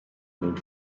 nel